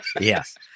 Yes